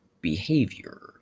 behavior